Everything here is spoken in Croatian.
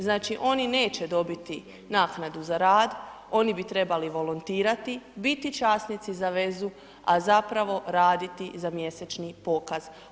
Znači, oni neće dobiti naknadu za rad, oni bi trebali volontirati, biti časnici za vezu, a zapravo raditi za mjesečni pokaz.